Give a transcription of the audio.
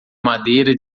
madeira